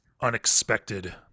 unexpected